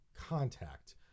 contact